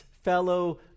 fellow